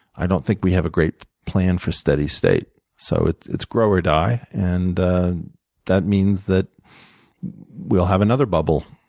i don't think we have a great plan for a steady state. so it's it's grow or die, and that means that we'll have another bubble.